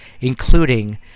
including